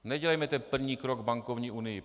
Nedělejme ten první krok k bankovní unii.